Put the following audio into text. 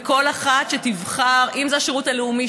וכל אחת שתבחר: אם זה השירות הלאומי,